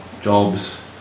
jobs